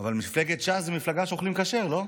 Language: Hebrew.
אבל מפלגת ש"ס זו מפלגה שאוכלים כשר, לא?